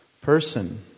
person